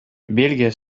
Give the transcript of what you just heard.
бельгия